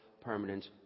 permanent